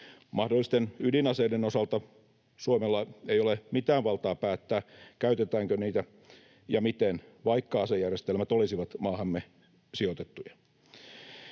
Mahdollisten ydinaseiden osalta Suomella ei ole mitään valtaa päättää, käytetäänkö niitä ja miten, vaikka asejärjestelmät olisivat maahamme sijoitettuja.